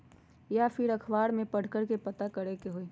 या फिर अखबार में पढ़कर के पता करे के होई?